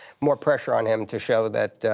more pressure on him to show that